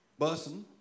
bussin